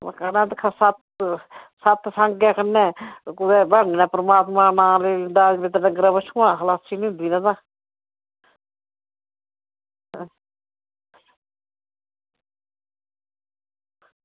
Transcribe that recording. सत्संग ऐ कन्नै ब्हानै कन्नै परमात्मा दा नांऽ लेई लैग दते कन्नै डंगर बच्छुआ खलासी होंदी